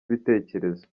ibitekerezo